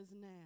now